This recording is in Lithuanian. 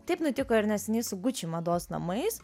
taip nutiko ir neseniai su gucci mados namais